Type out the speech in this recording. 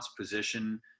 position